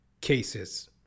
cases